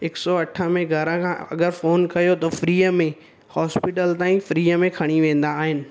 हिकु सौ अठ में घर खां अगरि फ़ोन कयो त फ्रीअ में हॉस्पिटल ताईं फ्रीअ में खणी वेंदा आहिनि